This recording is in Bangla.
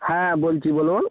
হ্যাঁ বলছি বলুন